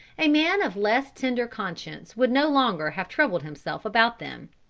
a man of less tender conscience would no longer have troubled himself about them.